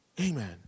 Amen